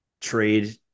trade